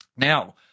Now